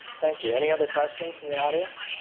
thank you. any other questions from the audience.